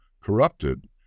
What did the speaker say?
corrupted